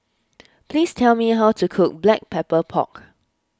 please tell me how to cook Black Pepper Pork